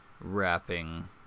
Wrapping